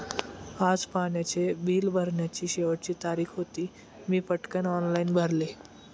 आज पाण्याचे बिल भरण्याची शेवटची तारीख होती, मी पटकन ऑनलाइन भरले